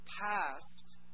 past